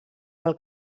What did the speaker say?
del